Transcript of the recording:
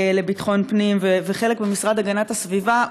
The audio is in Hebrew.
לביטחון פנים וחלק במשרד להגנת הסביבה,